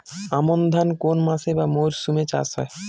আমন ধান কোন মাসে বা মরশুমে চাষ হয়?